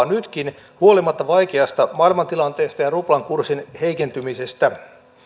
nytkin huolimatta vaikeasta maailmantilanteesta ja ruplan kurssin heikentymisestä